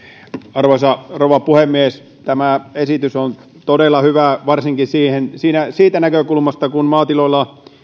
arvoisa rouva puhemies tämä esitys on todella hyvä varsinkin siitä näkökulmasta että maatiloilla